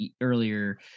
earlier